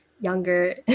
younger